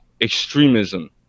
extremism